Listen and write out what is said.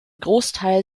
großteil